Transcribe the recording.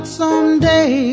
someday